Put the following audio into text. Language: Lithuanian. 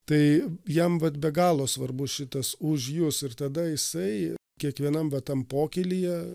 tai jam vat be galo svarbus šitas už jus ir tada jisai kiekvienam va tam pokylyje